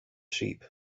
sheep